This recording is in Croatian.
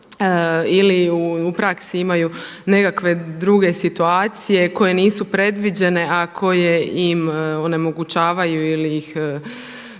ili u praksi imaju nekakve druge situacije koje nisu predviđene a koje im onemogućavaju ili im smetaju,